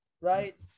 right